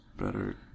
better